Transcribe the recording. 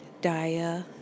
Daya